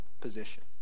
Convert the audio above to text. position